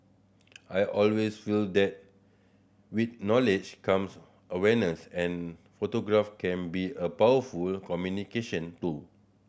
I always feel that with knowledge comes awareness and photograph can be a powerful communication tool